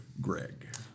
Greg